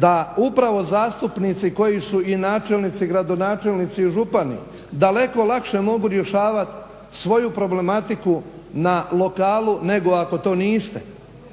da upravo zastupnici koji su i načelnici i gradonačelnici i župani daleko mogu lakše rješavati svoju problematiku na lokalnu nego ako to niste.